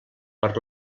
per